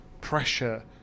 pressure